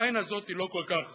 בעין הזאת היא לא כל כך